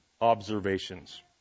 observations